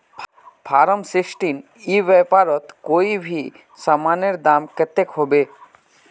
Form sixteen ई व्यापारोत कोई भी सामानेर दाम कतेक होबे?